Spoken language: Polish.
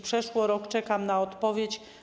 Przeszło rok czekam na odpowiedź.